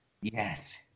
Yes